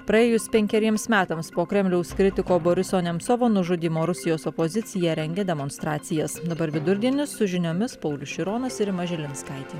praėjus penkeriems metams po kremliaus kritiko boriso nemcovo nužudymo rusijos opozicija rengia demonstracijas dabar vidurdienį su žiniomis paulius šironas rima žilinskaitė